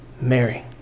Mary